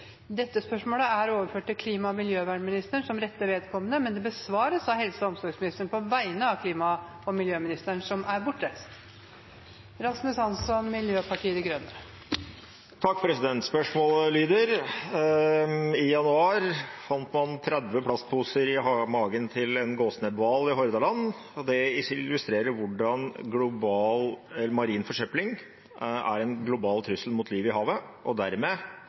Dette spørsmålet, fra Rasmus Hansson til fiskeriministeren, er overført til klima- og miljøministeren som rette vedkommende. Spørsmålet besvares imidlertid av helse- og omsorgsministeren på vegne av klima- og miljøministeren, som er bortreist. Spørsmålet lyder: «I januar ble et eksemplar av den sjeldne gåsenebbhvalen funnet med 30 plastposer i magen i Hordaland. Dette illustrerer hvordan marin forsøpling er en global trussel mot livet i havet og dermed